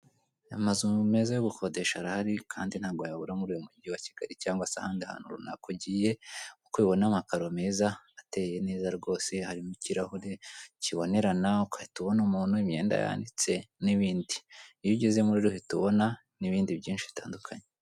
Amazu meza yo gukodesha arahari kandi ntabwo yabura muri uyu mujyi wa Kigali cyangwa se ahandi ahantu runaka ugiye, nk'uko ubibona amakaro meza ateye neza rwose harimo ikirahure kibonerana ugahita ubona umuntu, imyenda yanditse n'ibindi, iyo ugezemo rero ihita ubona n'ibindi byinshi bitandukanye.